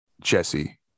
jesse